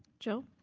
joe?